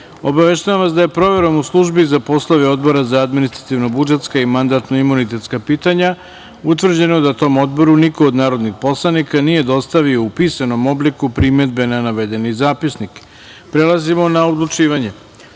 sednice. Obaveštavam vas da je proverom u službi za poslove Odbora za administrativno-budžetska i mandatno-imunitetska pitanja utvrđeno da tom Odboru niko od narodnih poslanika nije dostavio u pisanom obliku primedbe na navedeni zapisnik. Prelazimo na odlučivanje. Stavljam